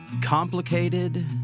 Complicated